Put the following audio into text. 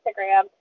Instagram